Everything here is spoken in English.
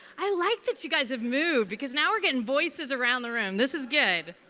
i like that you guys have moved because now we're getting voices around the room. this is good.